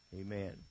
Amen